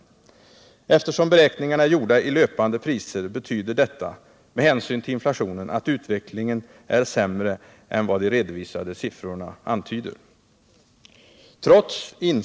Eftersom beräkningarna är gjorda i löpande priser betyder detta med hänsyn till inflationen att utvecklingen är sämre än vad de redovisade siffrorna antyder.